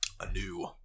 Anew